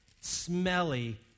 smelly